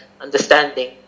Understanding